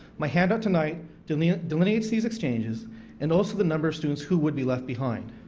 my handout tonight delineates delineates these exchanges and also the number of students who would be left behind.